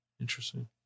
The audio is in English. Interesting